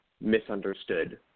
misunderstood